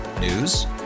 News